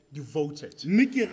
devoted